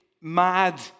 mad